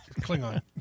Klingon